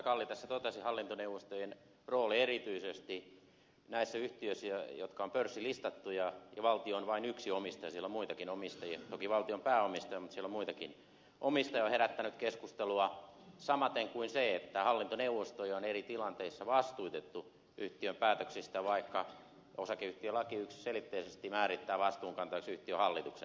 kalli tässä totesi hallintoneuvostojen rooli erityisesti näissä yhtiöissä jotka ovat pörssilistattuja ja joissa valtio on vain yksi omistaja siellä on muitakin omistajia toki valtio on pääomistaja mutta siellä on muitakin omistajia on herättänyt keskustelua samaten kuin se että hallintoneuvostoja on eri tilanteissa vastuutettu yhtiön päätöksistä vaikka osakeyhtiölaki yksiselitteisesti määrittää vastuunkantajaksi yhtiön hallituksen